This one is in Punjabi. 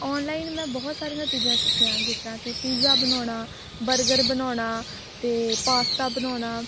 ਔਨਲਾਈਨ ਮੈਂ ਬਹੁਤ ਸਾਰੀਆਂ ਚੀਜ਼ਾਂ ਸਿੱਖੀਆਂ ਹਨ ਜਿਸ ਤਰ੍ਹਾਂ ਕਿ ਪੀਜ਼ਾ ਬਣਾਉਣਾ ਬਰਗਰ ਬਣਾਉਣਾ ਅਤੇ ਪਾਸਤਾ ਬਣਾਉਣਾ